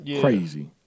Crazy